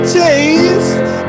taste